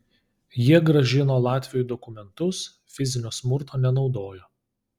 jie grąžino latviui dokumentus fizinio smurto nenaudojo